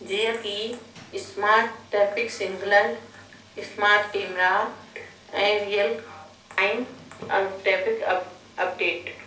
जीअं कि smart traffic signal smart camera ऐं रियल ट्रैफिक अप अपडेट